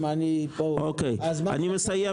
להשכיר, אסור למכור.